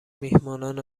میهمانان